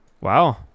Wow